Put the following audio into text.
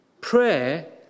Prayer